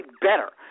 better